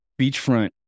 beachfront